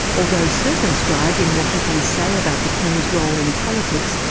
although circumscribed in what he can say about the king's role in politics,